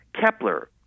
Kepler